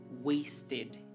wasted